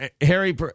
Harry